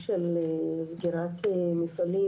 קודם כל הדוח של נתוני סרטן,